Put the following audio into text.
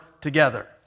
together